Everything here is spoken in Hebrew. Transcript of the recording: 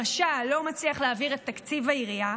למשל לא מצליח להעביר את תקציב העירייה,